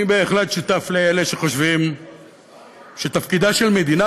אני בהחלט שותף לאלה שחושבים שתפקידה של מדינה,